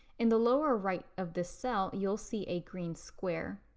in the lower right of this cell, you'll see a green square.